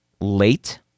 late